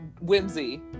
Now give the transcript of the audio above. whimsy